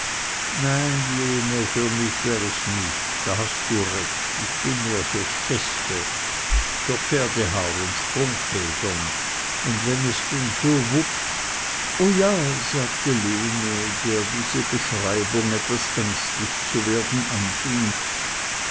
nein lene für mich wär es nich da hast du recht ich bin so mehr fürs feste für pferdehaar und sprungfedern und wenn es denn so wuppt o ja sagte lene der diese beschreibung etwas ängstlich zu werden